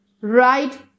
right